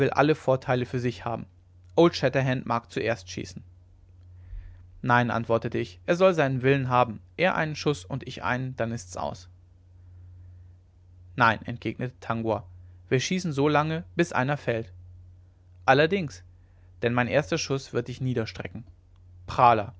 alle vorteile für sich haben old shatterhand mag zuerst schießen nein antwortete ich er soll seinen willen haben er einen schuß und ich einen dann ist's aus nein entgegnete tangua wir schießen so lange bis einer fällt allerdings denn mein erster schuß wird dich niederstrecken prahler